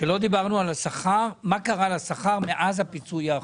שבו לא שאלנו מה קרה לשכר מאז הפיצוי האחרון.